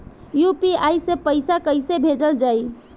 UPI से पैसा कइसे भेजल जाई?